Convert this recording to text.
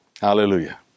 hallelujah